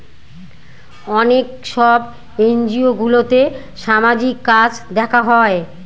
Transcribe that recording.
অনেক সব এনজিওগুলোতে সামাজিক কাজ দেখা হয়